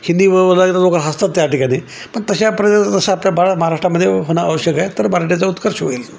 हिंदी बोला गेलं लोक हसतात त्या ठिकाणी पण तशापर्यंत जसं आपल्या बा महाराष्टामध्ये होणं आवश्यक आहे तर मराठीचा उत्कर्ष होईल